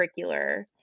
curricular